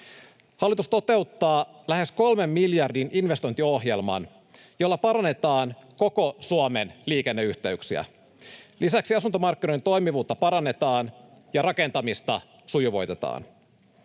Hallitus toteuttaa lähes kolmen miljardin investointiohjelman, jolla parannetaan koko Suomen liikenneyhteyksiä. Lisäksi asuntomarkkinoiden toimivuutta parannetaan ja rakentamista sujuvoitetaan.